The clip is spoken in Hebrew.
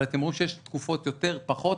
אבל אתם רואים שיש תקופות יותר או פחות.